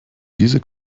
diese